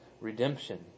Redemption